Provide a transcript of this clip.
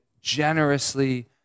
generously